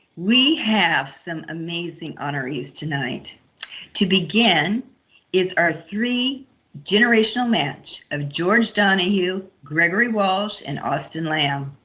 we have some amazing honorees tonight to begin is our three generational match of george donahue, gregory walsh, and austin lamb